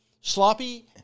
sloppy